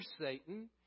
Satan